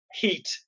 heat